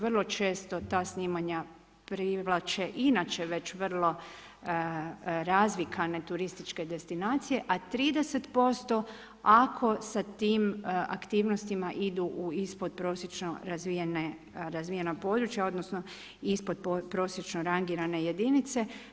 Vrlo često ta snimanja privlače inače već vrlo razvikane turističke destinacije a 30% ako sa tim aktivnostima idu u ispodprosječno razvijena područja, odnosno ispodprosječno rangirane jedinice.